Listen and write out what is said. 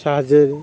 ସାହାଯ୍ୟରେ